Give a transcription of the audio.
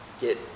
get